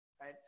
right